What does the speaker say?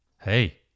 Hey